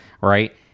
Right